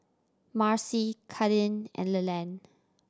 Marcy Kadin and Leland